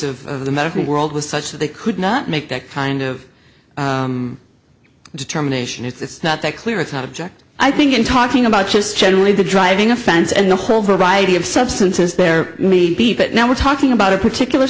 expertise of the medical world was such that they could not make that kind of determination it's not that clear it's object i think in talking about just generally the driving offense and the whole variety of substances there may be but now we're talking about a particular